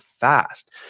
fast